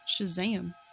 Shazam